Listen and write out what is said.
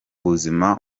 buzima